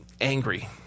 angry